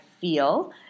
feel